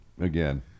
again